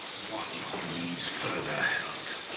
one who needs further help